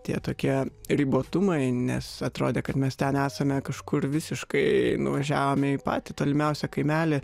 tie tokie ribotumai nes atrodė kad mes ten esame kažkur visiškai nuvažiavome į patį tolimiausią kaimelį